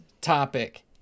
topic